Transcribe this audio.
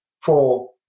for-